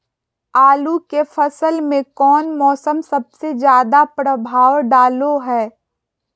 आलू के फसल में कौन मौसम सबसे ज्यादा प्रभाव डालो हय?